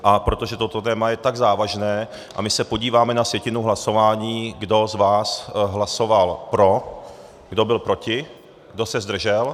A protože toto téma je tak závažné a my se podíváme na sjetinu hlasování, kdo z vás hlasoval pro, kdo byl proti, kdo se zdržel.